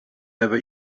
never